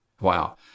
wow